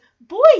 boy